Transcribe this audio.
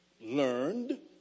Learned